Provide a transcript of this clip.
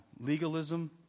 Legalism